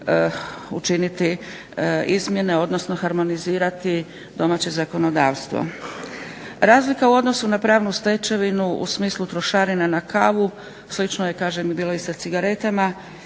učiniti izmjene, odnosno harmonizirati domaće zakonodavstvo. Razlika u odnosu na pravnu stečevinu u smislu trošarina na kavu slično je kažem bilo i sa cigaretama